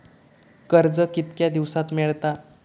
कर्ज कितक्या दिवसात मेळता?